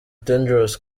tedros